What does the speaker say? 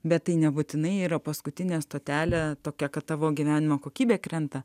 bet tai nebūtinai yra paskutinė stotelė tokia kad tavo gyvenimo kokybė krenta